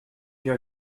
your